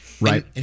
Right